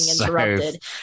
interrupted